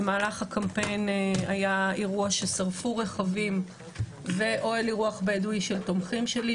במהלך הקמפיין היה אירוע ששרפו רכבים של תומכים שלי,